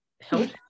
health